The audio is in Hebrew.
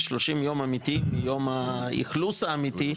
30 יום אמיתיים מיום האכלוס האמיתי.